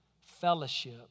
fellowship